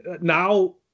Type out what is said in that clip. Now